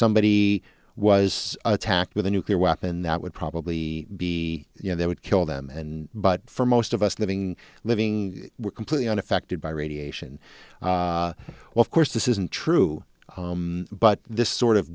somebody was attacked with a nuclear weapon that would probably be you know they would kill them and but for most of us living living were completely unaffected by radiation and well course this isn't true but this